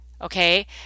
okay